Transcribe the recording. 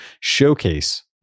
showcase